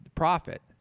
profit